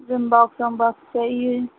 gym box drawing box चाहिए